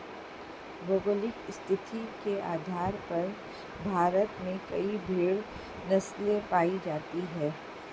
भौगोलिक स्थिति के आधार पर भारत में कई भेड़ नस्लें पाई जाती हैं